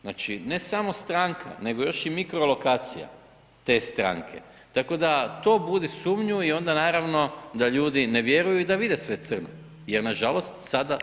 Znači, ne samo stranka nego još i mikrolokacija te stranke, tako da to budi sumnju i onda naravno da ljudi ne vjeruju i da vide sve crno, jer na žalost sada [[Upadica: Hvala.]] sve crno i je.